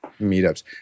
meetups